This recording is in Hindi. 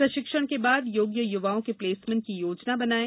प्रशिक्षण के बाद योग्य युवाओं के प्लेसमेंट की योजना बनाये